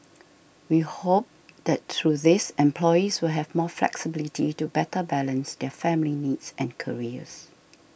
we hope that through these employees will have more flexibility to better balance their family needs and careers